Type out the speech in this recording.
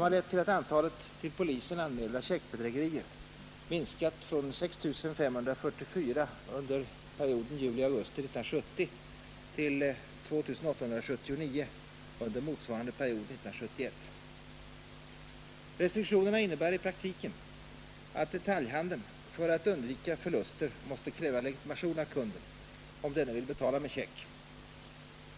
De har lett till att antalet till polisen anmälda checkbedrägerier minskat från 6 544 under juli-augusti 1970 till 2879 under motsvarande period 1971. Restriktionerna innebär i praktiken att detaljhandeln för att undvika förluster måste kräva legitimation av kunden, om denne vill betala med check.